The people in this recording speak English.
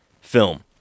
film